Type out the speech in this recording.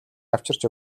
авчирч